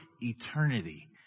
eternity